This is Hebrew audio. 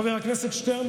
חבר הכנסת שטרן,